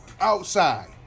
outside